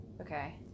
Okay